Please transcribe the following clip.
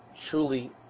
truly